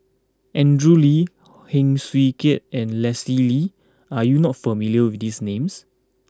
Andrew Lee Heng Swee Keat and Leslie Kee are you not familiar with these names